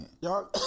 Y'all